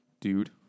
dude